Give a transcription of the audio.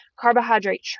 carbohydrate